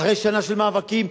אחרי שנה של מאבקים,